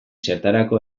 zertarako